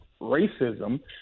racism